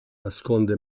nasconde